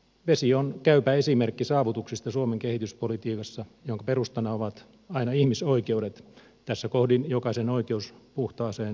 vesi on käypä esimerkki saavutuksista suomen kehityspolitiikassa jonka perustana ovat aina ihmisoikeudet tässä kohdin jokaisen oikeus puhtaaseen veteen